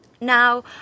Now